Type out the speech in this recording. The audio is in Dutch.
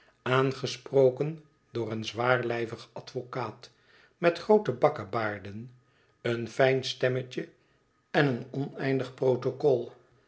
aangesproken door een zwaarlijvig advocaat met groote bakkebaarden een fijn stemmetje en een oneindig protocol